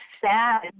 sad